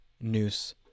noose